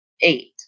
eight